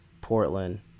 Portland